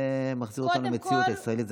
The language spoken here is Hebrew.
זה מחזיר אותנו למציאות הישראלית.